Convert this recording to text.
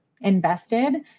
invested